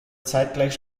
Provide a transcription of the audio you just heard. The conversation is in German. zeitgleich